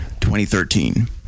2013